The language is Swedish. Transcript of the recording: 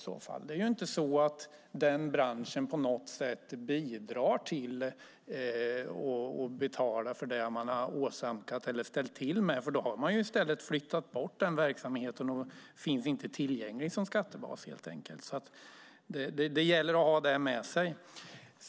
Branschen bidrar inte på något sätt till att betala för det den har åsamkat eller ställt till med om man har flyttat bort verksamheten och gjort den otillgänglig som skattebas. Det gäller att ha detta med sig.